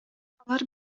алар